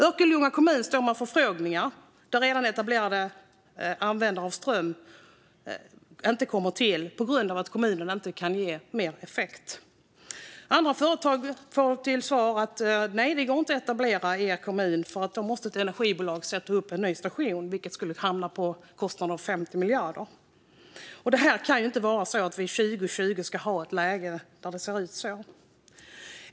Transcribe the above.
Örkelljunga kommun står med förfrågningar, men på grund av att redan etablerade företag använder ström och kommunen inte kan ge mer effekt får andra företag till svar att det inte går att etablera sig i kommunen. I så fall måste ett energibolag sätta upp en ny station, och kostnaden för det skulle hamna på 50 miljarder. Det kan inte vara så det ska se ut år 2020.